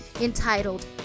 entitled